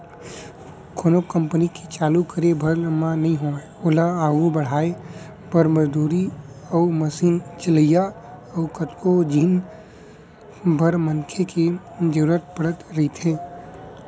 कोनो कंपनी के चालू करे भर म नइ होवय ओला आघू बड़हाय बर, मजदूरी अउ मसीन चलइया अउ कतको जिनिस बर मनसे के जरुरत पड़त रहिथे